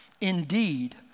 Indeed